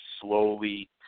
slowly